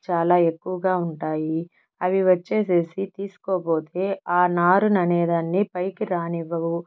చాలా ఎక్కువగా ఉంటాయి అవి వచ్చేసి తీసుకోబోతే ఆ నారుని అనేదాన్ని పైకి రానివ్వవు